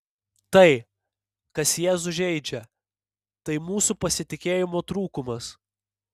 tai kas jėzų žeidžia tai mūsų pasitikėjimo trūkumas